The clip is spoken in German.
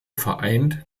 vereint